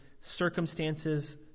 circumstances